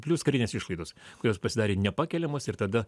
plius karinės išlaidos kurios pasidarė nepakeliamos ir tada